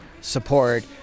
support